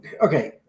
okay